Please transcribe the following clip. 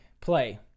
play